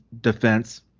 defense